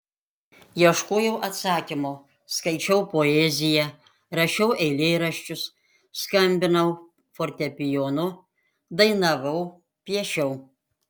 ieškojau atsakymo skaičiau poeziją rašiau eilėraščius skambinau fortepijonu dainavau piešiau